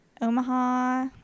Omaha